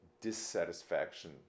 dissatisfaction